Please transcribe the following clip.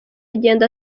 agenda